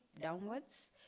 downwards